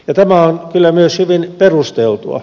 tämä on kyllä myös hyvin perusteltua